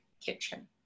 kitchen